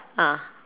ah